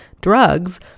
drugs